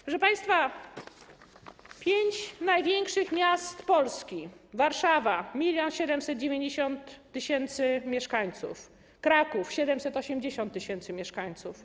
Proszę państwa, pięć największych miast Polski: Warszawa - 1790 tys. mieszkańców, Kraków - 780 tys. mieszkańców,